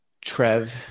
Trev